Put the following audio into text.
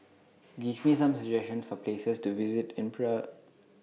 Give Me Some suggestions For Places to visit in Praia